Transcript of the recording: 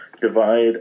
Divide